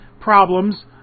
problems